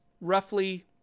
roughly